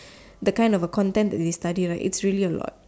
the kind of the Content that they have to study right is really a lot